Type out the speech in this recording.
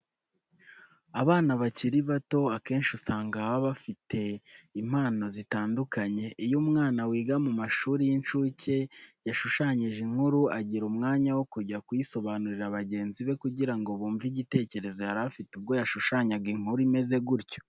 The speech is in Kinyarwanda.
Abana bakiri bato akenshi usanga baba bafite impano zitandukanye. Iyo umwana wiga mu mashuri y'incuke yashushanyije inkuru, agira umwanya wo kujya kuyisobanurira bagenzi be kugira ngo bumve igitekerezo yari afite ubwo yashushanyaga inkuru imeze gutyo.